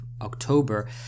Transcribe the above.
october